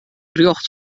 rjocht